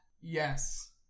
Yes